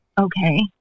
okay